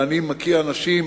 ואני מכיר אנשים